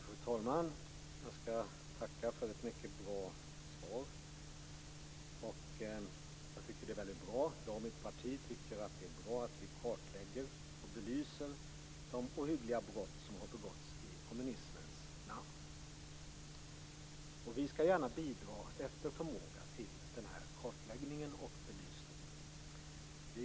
Fru talman! Jag skall tacka för ett mycket bra svar. Jag och mitt parti tycker att det är bra att vi kartlägger och belyser de ohyggliga brott som har begåtts i kommunismens namn. Vi skall efter förmåga gärna bidra till denna kartläggning och belysning.